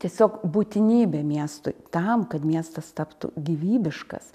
tiesiog būtinybė miestui tam kad miestas taptų gyvybiškas